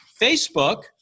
Facebook